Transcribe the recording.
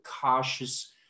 cautious